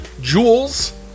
Jules